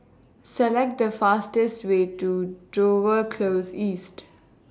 Select The fastest Way to Dover Close East